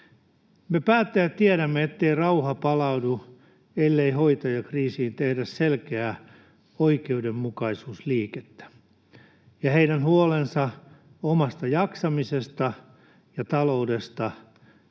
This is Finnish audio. Me päättäjät tiedämme, ettei rauha palaudu, ellei hoitajakriisiin tehdä selkeää oikeudenmukaisuusliikettä. Heidän huolensa omasta jaksamisesta ja taloudesta